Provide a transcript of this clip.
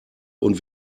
und